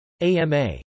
AMA